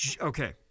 Okay